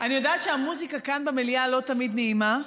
אני יודעת שהמוזיקה כאן במליאה לא תמיד נעימה,